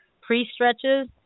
pre-stretches